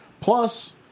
Plus